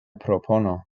propono